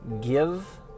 give